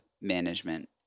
management